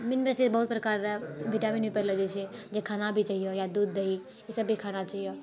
meat मछलीमे बहुत प्रकारर विटामिन भी पायलो जाइत छै जे खाना भी चाहिए या दूध दही ईसभ भी खाना चाहिए